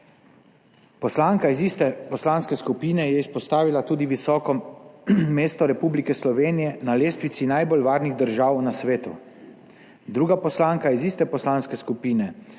Poslanka iz iste poslanske skupine je izpostavila tudi visoko mesto Republike Slovenije na lestvici najbolj varnih držav na svetu. Druga poslanka iz iste poslanske skupine